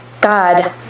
god